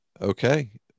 okay